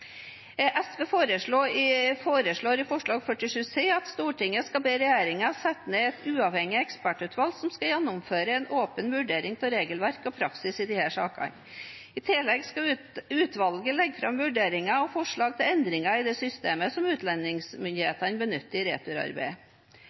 SV foreslår i Dokument 8:47 S for 2017–2018 at Stortinget skal be regjeringen sette ned et uavhengig ekspertutvalg som skal gjennomføre en åpen vurdering av regelverk og praksis i disse sakene. I tillegg skal utvalget legge fram vurderinger og forslag til endringer i det systemet som